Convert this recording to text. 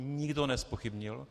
Nikdo nezpochybnil.